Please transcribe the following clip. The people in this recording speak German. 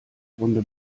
runde